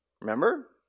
Remember